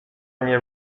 nie